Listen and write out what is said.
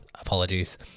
Apologies